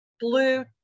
blue